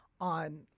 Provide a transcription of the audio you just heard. on